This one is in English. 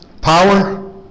power